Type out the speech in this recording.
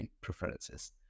preferences